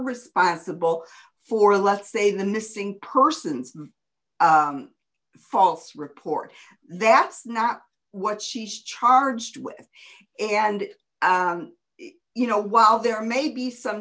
responsible for let's say the missing persons false report that's not what she's charged with and you know while there may be some